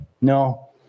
No